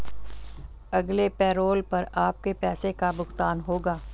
अगले पैरोल पर आपके पैसे का भुगतान होगा